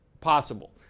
possible